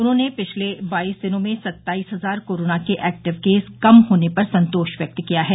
उन्होंने पिछले बाईस दिनों में सत्ताईस हजार कोरोना के एक्टिव केस कम होने पर संतोष व्यक्त किया है